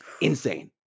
insane